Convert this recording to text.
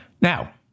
Now